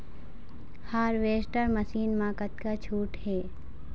Harvester machine मा कतका छूट हे?